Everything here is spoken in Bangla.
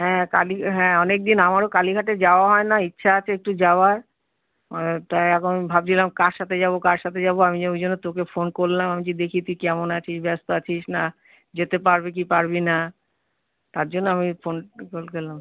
হ্যাঁ কালী হ্যাঁ অনেক দিন আমারও কালীঘাটে যাওয়া হয় না ইচ্ছা আছে একটু যাওয়ার তাই এখন ভাবছিলাম কার সাথে যাব কার সাথে যাব আমি যে ওই জন্য তোকে ফোন করলাম আমি বলছি দেখি তুই কেমন আছিস ব্যস্ত আছিস না যেতে পারবি কি পারবি না তার জন্য আমি ফোন ফোন করলাম